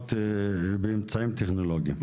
באמצעים טכנולוגיים.